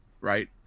right